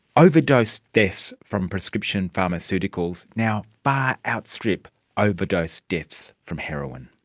overdose deaths from prescription pharmaceuticals now far outstrip overdose deaths from heroin.